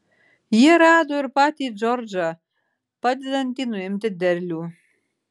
jie rado ir patį džordžą padedantį nuimti derlių